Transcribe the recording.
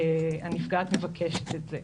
הנפגעת מבקשת את זה.